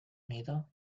unido